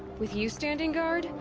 with you standing guard.